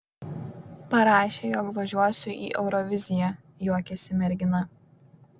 parašė jog važiuosiu į euroviziją juokėsi mergina